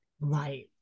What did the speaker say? Right